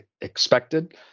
expected